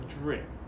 drip